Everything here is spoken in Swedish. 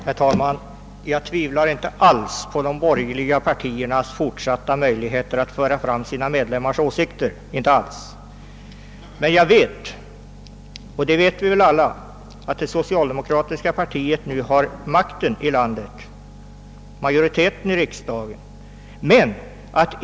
Herr talman! Jag tvivlar inte alls på de borgerliga partiernas fortsatta möjligheter att föra fram sina medlemmars "åsikter. Men jag vet — och det vet vi väl alla — att det socialdemokratiska partiet nu har majoriteten i riksdagen och därmed makten i landet.